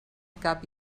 cap